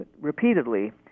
repeatedly